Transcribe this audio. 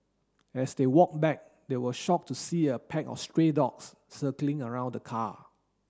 as they walked back they were shocked to see a pack of stray dogs circling around the car